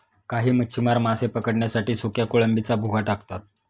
काही मच्छीमार मासे पकडण्यासाठी सुक्या कोळंबीचा भुगा टाकतात